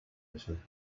version